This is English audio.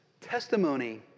testimony